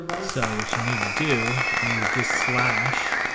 so what you need to do is this slash,